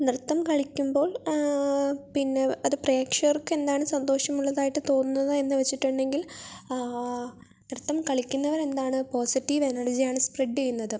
നൃത്തം കളിക്കുമ്പോൾ പിന്നെ അത് പ്രേക്ഷകർക്ക് എന്താണ് സന്തോഷമുള്ളതായിട്ട് തോന്നുന്നത് എന്ന് വച്ചിട്ടുണ്ടെങ്കിൽ നൃത്തം കളിക്കുന്നവർ എന്താണ് പോസറ്റീവ് എനർജിയാണ് സ്പ്രെഡ് ചെയ്യുന്നത്